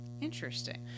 Interesting